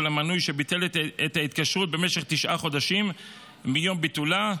המנוי שביטל את ההתקשרות במשך תשעה חודשים מיום ביטולה,